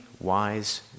wise